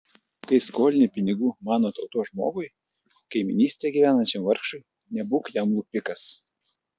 kai skolini pinigų mano tautos žmogui kaimynystėje gyvenančiam vargšui nebūk jam lupikas